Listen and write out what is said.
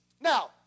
Now